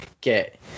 get